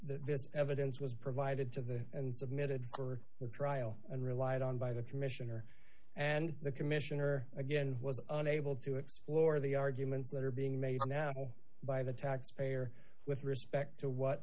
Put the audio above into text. this evidence was provided to the and submitted for trial and relied on by the commissioner and the commissioner again was unable to explore the arguments that are being made now by the taxpayer with respect to what